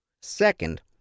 Second